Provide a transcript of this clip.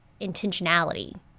intentionality